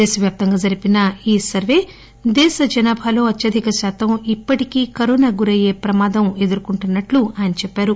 దేశవ్యాప్తంగా జరిపిన ఈ సర్వే దేశ జనాభాలో అత్యధిక శాతం ఇప్పటికీ కరువు నాకు గురయ్యే ప్రమాదం ఎక్కువగానే ఉందని ఆయన చెప్పారు